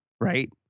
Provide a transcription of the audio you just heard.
right